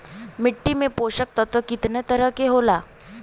मिट्टी में पोषक तत्व कितना तरह के होला?